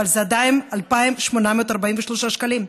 אבל זה עדיין 2,843 שקלים.